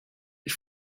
ich